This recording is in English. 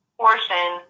portion